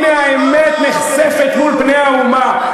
הנה האמת נחשפת מול פני האומה.